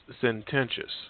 sententious